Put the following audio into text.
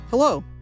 Hello